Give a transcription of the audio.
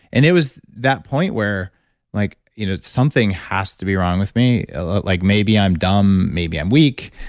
and it was that point where like you know something has to be wrong with me ah like maybe i'm dumb, maybe i'm weak,